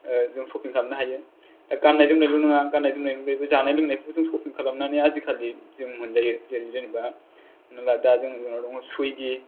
जों सफिं खालामनो हायो दा गाननाय जोमनायल' नङा गाननाय जोमनाय निफ्रायबो जानाय लोंनायखौबो जों स'फिं खालामनानै आजिखालि जों मोनजायो जेरै जेन'बा हमना ला दा जों जोंनाव दङ सुईगि